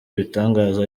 ibitangaza